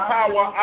Power